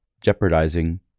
jeopardizing